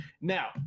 Now